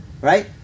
right